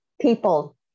people